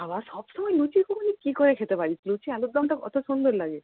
বাবা সব সময় লুচি ঘুগনি কী করে খেতে পারিস লুচি আলুরদমটা কতো সুন্দর লাগে